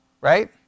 right